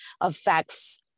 affects